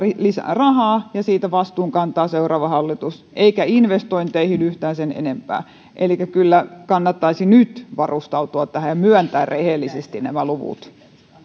lisää rahaa ja siitä vastuun kantaa seuraava hallitus eikä investointeihin ole yhtään sen enempää elikkä kyllä kannattaisi nyt varustautua tähän ja myöntää rehellisesti nämä luvut